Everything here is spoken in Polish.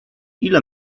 ile